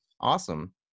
Awesome